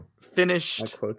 finished